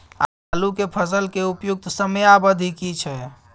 आलू के फसल के उपयुक्त समयावधि की छै?